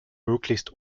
möglichst